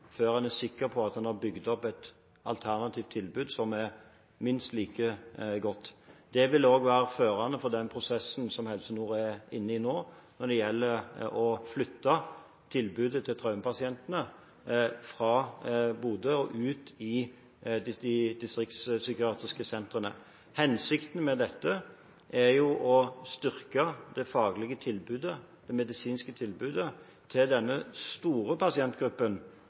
før en er sikker på at en har bygd opp et alternativ tilbud som er minst like godt. Det vil også være førende for den prosessen som Helse Nord er inne i nå med å flytte tilbudet til traumepasientene fra Bodø og ut til de distriktspsykiatriske sentrene. Hensikten med dette er å styrke det medisinske tilbudet til denne store pasientgruppen,